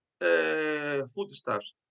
foodstuffs